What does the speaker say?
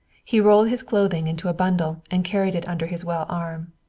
he rolled his clothing into a bundle and carried it under his well arm.